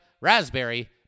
raspberry